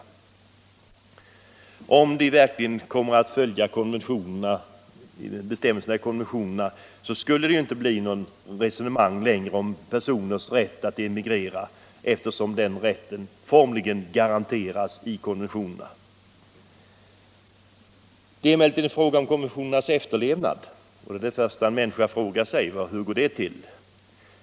debatt och valutapolitisk debatt Om länderna verkligen följer bestämmelserna i konventionerna blir det inte längre något resonemang om en persons rätt att emigrera, eftersom den rätten formellt garanteras i konventionerna. Det är emellertid en fråga om konventionernas cfterlevnad. Och det första människor frågar sig är: Hur går det till?